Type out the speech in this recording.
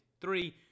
Three